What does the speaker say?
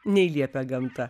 nei liepia gamta